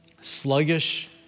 sluggish